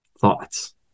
thoughts